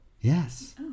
Yes